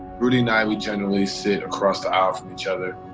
rudy and i, we generally sit across the aisle from each other.